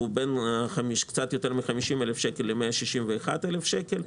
הוא בין קצת יותר מ-50,000 שקל ל - 161,000 שקל.